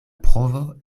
provo